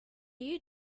you